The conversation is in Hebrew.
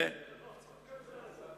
זה לא הנושא הזה.